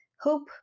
hope